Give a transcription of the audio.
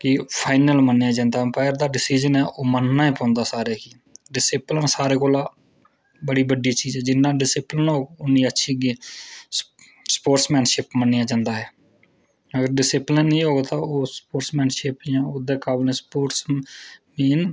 की फाइनल मन्नेआ जंदा अम्पायर दा डिसिजन ऐ ओह् मन्नना ई पौंदा सारें ई डिसिप्लिन सारें कोला बड़ी बड्डी चीज ऐ जि'न्ना डिसिप्लिन होग उ'न्नी अच्छी गेम स्पोर्ट्समैनशिप मन्नेआ जंदा ऐ अगर डिसिप्लिन निं होग तां उस स्पोर्ट्समैनशिप जां ओह्दे स्पोर्ट्स गी